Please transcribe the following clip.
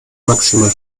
maximal